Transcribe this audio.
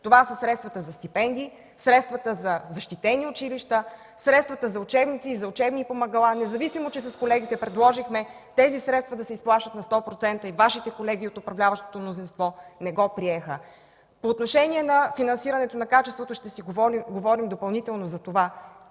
Това са средствата за стипендии, средствата за защитени училища, средствата за учебници и учебни помагала, независимо че с колегите предложихме тези средства да се изплащат на 100% и Вашите колеги от управляващото мнозинство не го приеха. По отношение на финансирането на качеството ще си говорим допълнително. Питам